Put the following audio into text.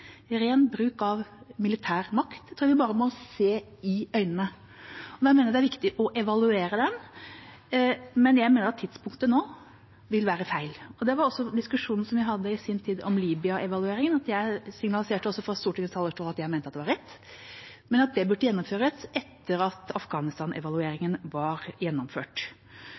bruk av ren militær makt. Det tror jeg vi bare må se i øynene. Jeg mener det er viktig å evaluere det, men jeg mener at tidspunktet nå vil være feil. Det var også diskusjonen vi hadde i sin tid om Libya-evalueringen, der jeg signaliserte fra Stortingets talerstol at jeg mente det var rett, men at det burde gjennomføres etter at Afghanistan-evalueringen var gjennomført.